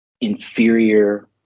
inferior